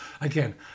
Again